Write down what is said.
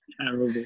terrible